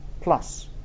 plus